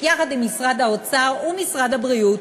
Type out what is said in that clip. יחד עם משרד האוצר ומשרד הבריאות,